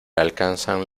alcanzan